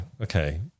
okay